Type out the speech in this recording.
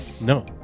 No